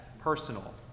personal